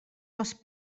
les